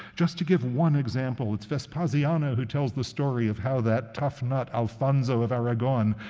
just to give one example, it's vespasiano who tells the story of how that tough nut, alfonso of aragon,